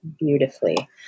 beautifully